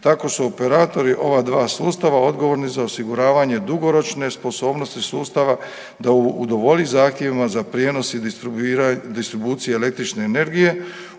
tako su operatori ova dva sustava odgovorni za osiguravanje dugoročne sposobnosti sustava da udovolji zahtjevima za prijenos i distribuciju električne energije